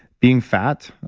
being fat,